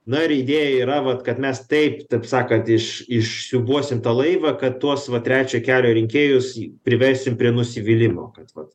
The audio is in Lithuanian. na ir idėja yra vat kad mes taip taip sakant iš iš siūbuosim tą laivą kad tuos va trečiojo kelio rinkėjus į priversim prie nusivylimo kad vat